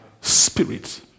spirit